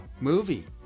movie